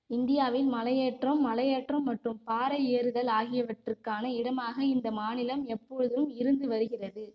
இந்தியாவில் மலையேற்றம் மலையேற்றம் மற்றும் பாறை ஏறுதல் ஆகியவற்றுக்கான இடமாக இந்த மாநிலம் எப்பொழுதும் இருந்து வருகிறது